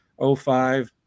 05